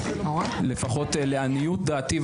לפחות לעניות דעתי,